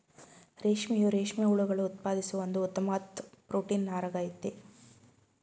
ರೇಷ್ಮೆಯು ರೇಷ್ಮೆ ಹುಳುಗಳು ಉತ್ಪಾದಿಸುವ ಒಂದು ಉತ್ತಮ್ವಾದ್ ಪ್ರೊಟೀನ್ ನಾರಾಗಯ್ತೆ